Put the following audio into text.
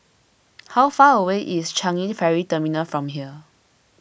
how far away is Changi Ferry Terminal from here